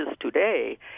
today